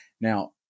Now